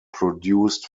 produced